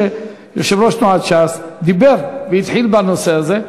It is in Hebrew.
ויושב-ראש תנועת ש"ס דיבר והתחיל בנושא הזה.